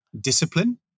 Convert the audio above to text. discipline